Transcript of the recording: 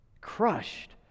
crushed